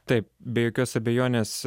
taip be jokios abejonės